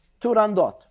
Turandot